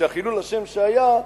שחילול השם שהיה,